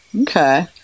Okay